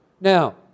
Now